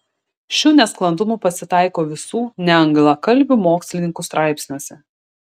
šių nesklandumų pasitaiko visų neanglakalbių mokslininkų straipsniuose